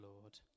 lord